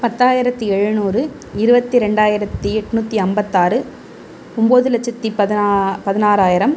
பத்தாயிரத்தி எழுநூறு இருபத்தி ரெண்டாயிரத்தி எண்நூத்தி ஐம்பத்தாறு ஒம்பது லட்சத்து பதினா பதினாராயிரம்